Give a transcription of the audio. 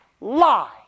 lie